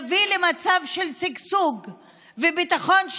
יביא למצב של שגשוג וביטחון,